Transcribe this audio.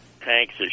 tanks